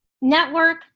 network